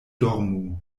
dormu